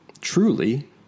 truly